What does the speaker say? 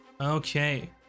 Okay